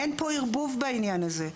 אין פה ערבוב בעניין הזה.